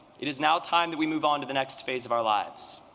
it is now time that we move on to the next phase of our lives.